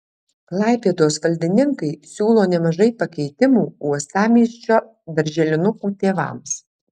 klaipėdos valdininkai siūlo nemažai pakeitimų uostamiesčio darželinukų tėvams